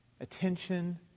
attention